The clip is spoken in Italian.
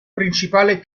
principale